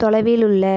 தொலைவில் உள்ள